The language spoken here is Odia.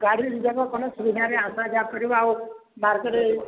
ଗାଡ଼ି ଦୁଇଟାକ କଲେ ସୁବିଧାରେ ଆସା ଯାଆ କରିବା ଆଉ ମାର୍କେଟ୍